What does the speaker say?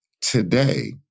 Today